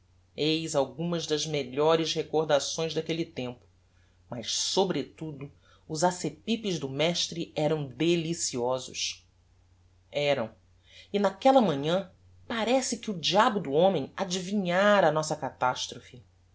eis algumas das melhores recordações daquelle tempo mas sobretudo os acepipes do mestre eram deliciosos eram e naquella manhã parece que o diabo do homem adivinhára a nossa catastrophe